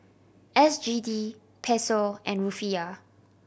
S G D Peso and Rufiyaa